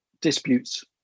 disputes